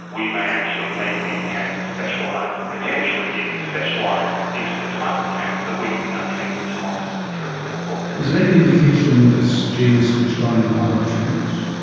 we may actually make these cancers specialise and potentially even specialise into the type of cancer that we can now treat with tamoxifen, for example. is there any indication this gene is switched on in other tumours?